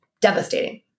devastating